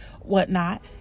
whatnot